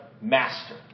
master